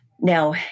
Now